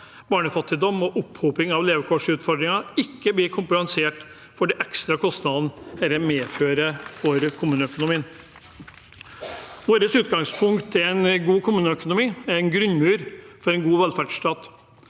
barnefattigdom og opphoping av levekårsutfordringer ikke blir kompensert for de ekstra kostnadene dette medfører for kommuneøkonomien. Vårt utgangspunkt er at en god kommuneøkonomi er en grunnmur for en god velferdsstat